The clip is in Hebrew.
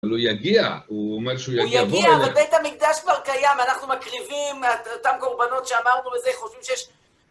הוא יגיע, הוא אומר שהוא יגיע. הוא יגיע, אבל בית המקדש כבר קיים, אנחנו מקריבים אותם גורבנות שאמרנו בזה, חושבים שיש...